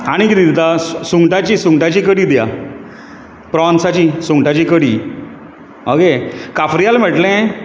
आनी कितें दिता सुंगटाची सुंगटाची कडी दिया प्रॉन्साची सुंगटाची कडी ऑगे काफ्रीयल मेळटलें